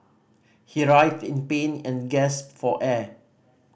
he writhed in pain and gasped for air